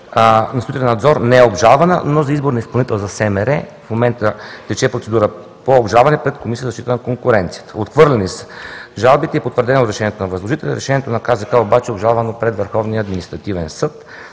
на строителен надзор не е обжалвана, но за избор на изпълнител за СМР в момента тече процедура по обжалване пред Комисията за защита на конкуренцията. Отхвърлени са жалбите и е потвърдено решението на възложителя, решението на КЗК обаче е обжалвано пред Върховния административен съд.